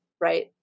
right